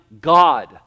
God